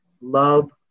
love